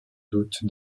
doute